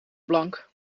blank